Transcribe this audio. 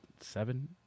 Seven